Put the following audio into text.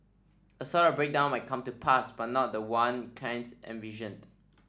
a sort of breakdown might come to pass but not the one Keynes envisioned